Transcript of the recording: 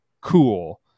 Cool